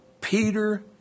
Peter